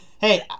Hey